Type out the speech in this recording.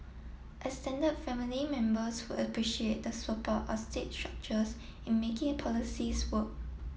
extended family members would appreciate the support of state structures in making policies work